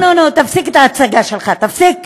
נו, נו, נו, תפסיק את ההצגה שלך, תפסיק,